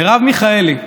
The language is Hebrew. מרב מיכאלי,